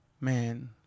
Man